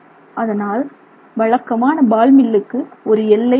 அதனால் வழக்கமான பால் மில்லுக்கு ஒரு எல்லை உள்ளது